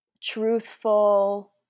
truthful